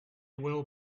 will